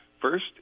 first